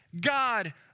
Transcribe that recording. God